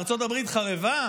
ארצות הברית חרבה?